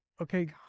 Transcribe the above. okay